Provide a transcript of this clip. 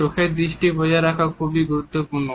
চোখের দৃষ্টি বজায় রাখা খুবই গুরুত্বপূর্ণ